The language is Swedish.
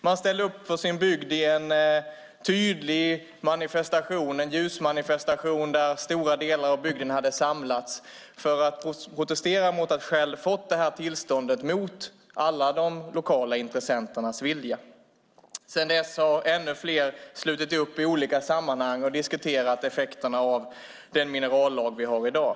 Man ställde upp för sin bygd i den tydlig manifestation - en ljusmanifestation där stora delar av bygden hade samlats för att protestera mot att Shell hade fått detta tillstånd mot alla lokala intressenters vilja. Sedan dess har ännu fler slutit upp i olika sammanhang och diskuterat effekterna av den minerallag vi har i dag.